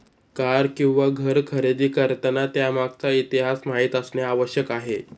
car किंवा घर खरेदी करताना त्यामागचा इतिहास माहित असणे आवश्यक आहे